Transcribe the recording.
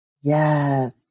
Yes